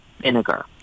vinegar